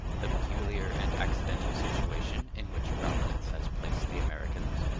the peculiar and accidental situation in which providence has placed the americans.